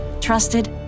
trusted